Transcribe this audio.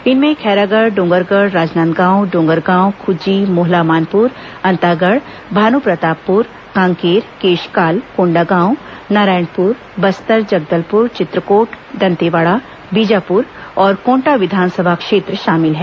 इनमें खैरागढ़ डोंगरगढ़ राजनांदगांव डोंगरगांव खुज्जी मोहला मानपुर अंतागढ़ भानुप्रतापपुर कांकेर केशकाल कोंडागांव नारायणपुर बस्तर जगदलपुर चित्रकोट दंतेवाड़ा बीजापुर और कोटा विधानसभा क्षेत्र शामिल हैं